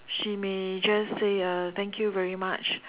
she may just say uh thank you very much